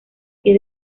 pie